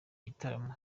gitaramo